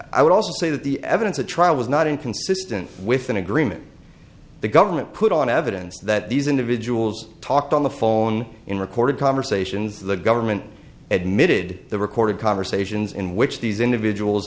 i would also say that the evidence at trial was not inconsistent with an agreement the government put on evidence that these individuals talked on the phone in recorded conversations the government admitted the recorded conversations in which these individuals